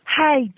Hi